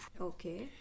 Okay